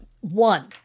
One